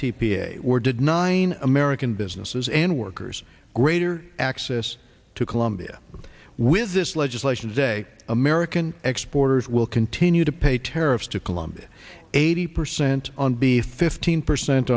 t p a or did nine american businesses and workers greater access to colombia with this legislation say american exports will continue to pay tariffs to colombia eighty percent on be fifteen percent